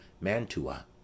mantua